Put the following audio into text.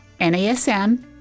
NASM